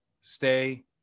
stay